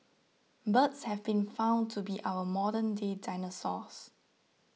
birds have been found to be our modernday dinosaurs